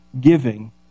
giving